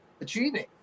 achieving